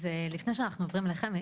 לפני שאנחנו עוברים אליכם,